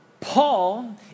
Paul